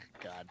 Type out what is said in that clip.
God